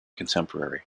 contemporary